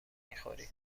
میخوری